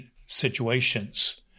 situations